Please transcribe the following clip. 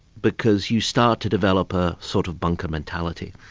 because you start to develop a sort of bunker mentality.